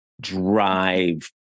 drive